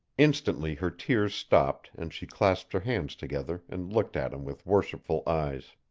instantly, her tears stopped and she clasped her hands together and looked at him with worshipful eyes.